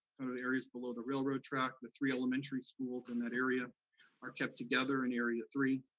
kind of the areas below the railroad track, the three elementary schools in that area are kept together in area three.